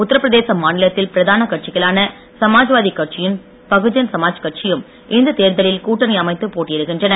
உத்தரப்பிரதேச மாநிலத்தில் பிரதான கட்சிகளான சமாஜ்வாதி கட்சியும் பகுஜன் சமாஜ் கட்சியும் இந்தத் தேர்தலில் கூட்டணி அமைத்து போட்டியிடுகின்றன